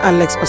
Alex